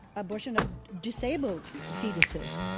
abortion of disabled fetuses,